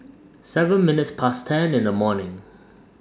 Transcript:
seven minutes Past ten in The morning